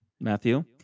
Matthew